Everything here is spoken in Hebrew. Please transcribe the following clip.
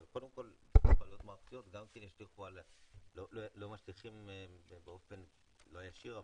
אבל קודם כל עלויות מערכתיות אולי לא משליכים באופן ישיר,